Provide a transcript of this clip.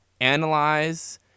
analyze